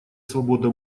свобода